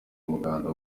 umuganda